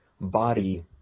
body